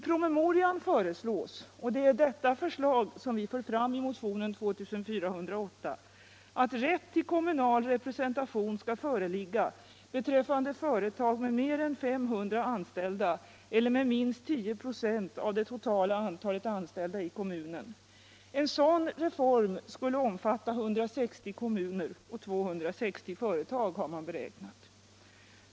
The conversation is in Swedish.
I promemorian föreslås — och det är detta förslag som vi för fram i motionen 2408 — att rätt till kommunal representation skall föreligga beträffande företag med mer än 500 anställda eller med minst 10 96 av det totala antalet anställda i kommunen. En sådan reform skulle omfatta 160 kommuner och 260 företag, har man beräknat.